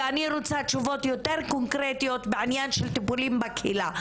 ואני רוצה תשובות יותר קונקרטיות בעניין של טיפולים בקהילה.